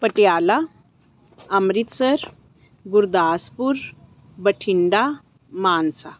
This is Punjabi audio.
ਪਟਿਆਲਾ ਅੰਮ੍ਰਿਤਸਰ ਗੁਰਦਾਸਪੁਰ ਬਠਿੰਡਾ ਮਾਨਸਾ